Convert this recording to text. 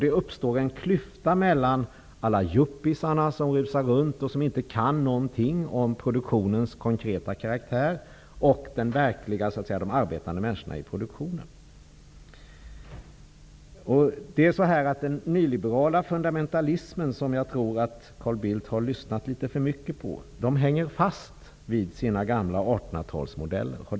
Det uppstår en klyfta mellan alla ''yuppisarna'', som rusar omkring utan att kunna någonting om produktionens konkreta karaktär, och de i produktionen verkligt arbetande människorna. De nyliberala fundamentalisterna, som jag tror att Carl Bildt har lyssnat litet för mycket på, hänger fast vid sina gamla 1800-talsmodeller.